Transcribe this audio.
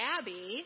Abby